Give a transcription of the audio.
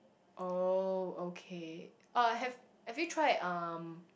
oh okay uh have have you tried um